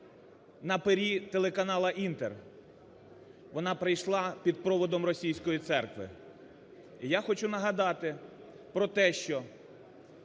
на пері телеканалу "Інтер". Вона прийшла під проводом російської церкви. І я хочу нагадати про те, що